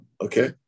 okay